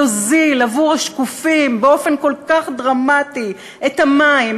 יוזיל עבור השקופים באופן כל כך דרמטי את המים,